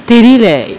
தெரியல்ல:theriyalla eh